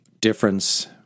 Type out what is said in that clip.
difference